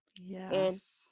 yes